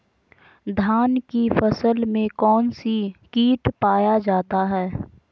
धान की फसल में कौन सी किट पाया जाता है?